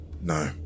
no